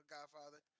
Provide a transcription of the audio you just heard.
Godfather